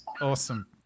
awesome